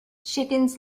chickens